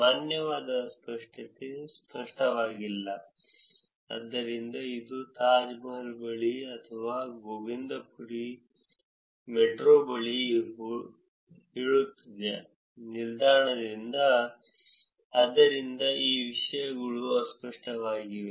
ಮಾನ್ಯವಾದ ಅಸ್ಪಷ್ಟತೆ ಸ್ಪಷ್ಟವಾಗಿಲ್ಲ ಆದ್ದರಿಂದ ಅದು ತಾಜ್ ಮಹಲ್ ಬಳಿ ಅಥವಾ ಗೋವಿಂದಪುರಿ ಮೆಟ್ರೋಬಳಿ ಹೇಳುತ್ತದೆ ನಿಲ್ದಾಣದ ಆದ್ದರಿಂದ ಈ ವಿಷಯಗಳು ಅಸ್ಪಷ್ಟವಾಗಿವೆ